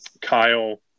Kyle